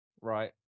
right